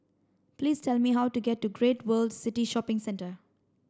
please tell me how to get to Great World City Shopping Centre